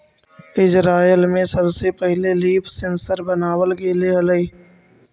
Israel में सबसे पहिले लीफ सेंसर बनाबल गेले हलई